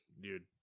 dude